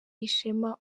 ishema